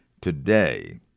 today